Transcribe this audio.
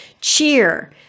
cheer